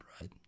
right